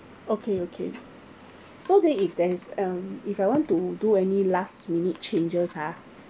okay okay so that if there's um if I want to do any last minute changes ah